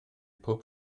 pob